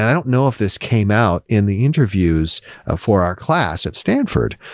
i don't know if this came out in the interviews ah for our class at stanford,